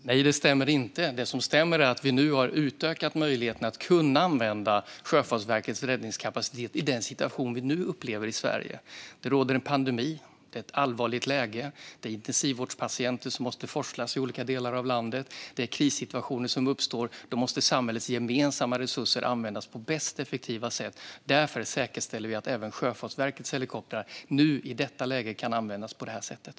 Fru talman! Nej, det stämmer inte. Det som stämmer är att vi har utökat möjligheten att använda Sjöfartsverkets räddningskapacitet i den situation vi nu upplever i Sverige. Det råder en pandemi. Det är ett allvarligt läge. Intensivvårdspatienter måste forslas i olika delar av landet. Det uppstår krissituationer. Då måste samhällets gemensamma resurser används på effektivaste sätt. Därför säkerställer vi att även Sjöfartsverkets helikoptrar nu i detta läge kan användas på det här sättet.